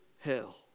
hell